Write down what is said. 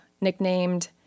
nicknamed